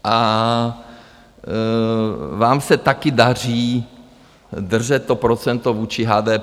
A vám se taky daří držet to procento vůči HDP.